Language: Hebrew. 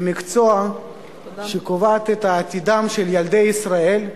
במקצוע שקובע את עתידם של ילדי ישראל,